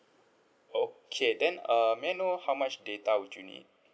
okay then um may I know how much data would you need